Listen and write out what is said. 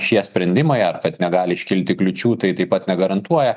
šie sprendimai ar kad negali iškilti kliūčių tai taip pat negarantuoja